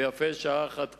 ויפה שעה אחת קודם.